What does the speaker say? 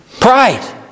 Pride